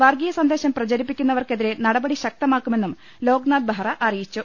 വർഗീയ സന്ദേശം പ്രചരിപ്പിക്കുന്നവർക്കെതിരെ നടപടി ശക്തമാക്കുമെന്നും ലോക്നാഥ് ബെഹ്റ അറിയിച്ചു